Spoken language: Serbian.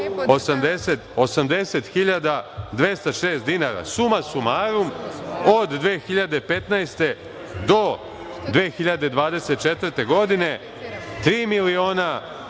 80.206 dinara. Suma sumarum, od 2015. do 2024. godine tri miliona